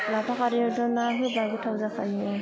लाफा खारैयावथ' ना होबा गोथाव जाखायो